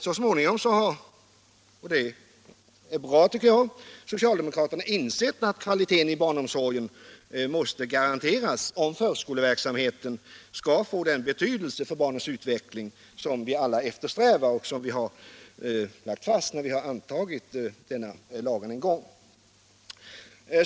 Så småningom har — och det är bra, tycker jag — socialdemokraterna insett att kvaliteten i barnomsorgen måste garanteras om förskoleverksamheten skall få den betydelse för barnens utveckling som vi alla eftersträvar och som vi har lagt fast när vi antagit lagen.